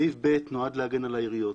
סעיף (ב) נועד להגן על העיריות.